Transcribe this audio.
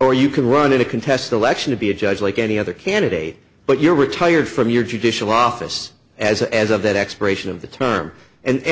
or you can run in a contest election to be a judge like any other candidate but you're retired from your judicial office as a as of that expiration of the term and